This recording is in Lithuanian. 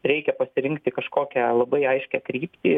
reikia pasirinkti kažkokią labai aiškią kryptį